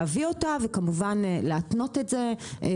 צריך להביא את זה וכמובן להתנות את זה בהישארות,